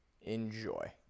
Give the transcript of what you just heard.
Enjoy